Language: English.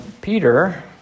Peter